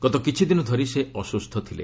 ଗତ କିଛି ଦିନ ଧରି ସେ ଅସ୍କୁସ୍ ଥିଲେ